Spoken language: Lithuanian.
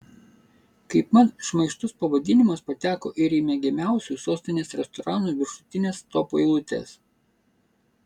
kaip mat šmaikštus pavadinimas pateko ir į mėgiamiausių sostinės restoranų viršutines topų eilutes